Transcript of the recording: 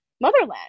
motherland